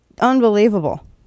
unbelievable